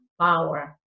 power